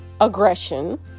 Aggression